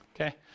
Okay